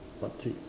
what treat